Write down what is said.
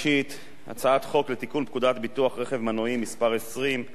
הצעת חוק לתיקון פקודת ביטוח רכב מנועי (מס' 20),